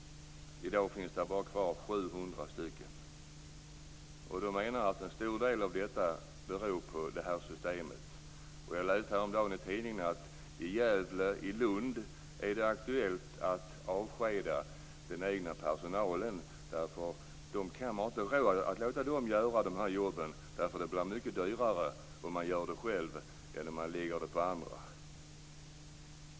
Man menar att detta till stor del beror på det här systemet, som infördes den 1 januari 1997. Jag läste häromdagen i tidningen att det i Lund är aktuellt att avskeda den egna personalen - man har inte råd att låta den göra de här jobben, eftersom det blir mycket dyrare om man gör det själv än om man lägger ut det på andra.